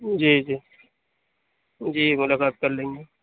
جی جی جی ملاقات کر لیں گے